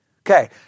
Okay